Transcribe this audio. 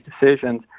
decisions